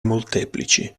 molteplici